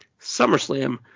SummerSlam